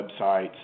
websites